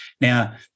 Now